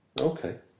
Okay